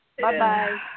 Bye-bye